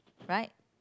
right